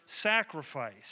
sacrifice